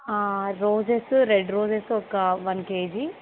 roses red roses ఒక one KG